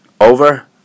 over